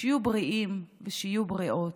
שיהיו בריאים ושיהיו בריאות.